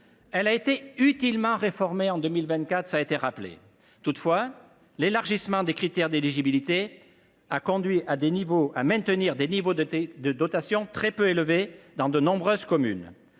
ci a été utilement réformée en 2024 – cela a été rappelé. Toutefois, l’élargissement des critères d’éligibilité a conduit à maintenir des niveaux de dotation très peu élevés dans de nombreuses communes.